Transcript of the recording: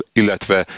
illetve